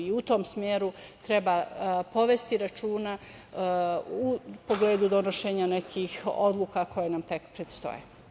U tom smeru treba povesti računa u pogledu donošenja nekih odluka koje nam tek predstoje.